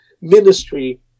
ministry